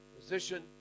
Position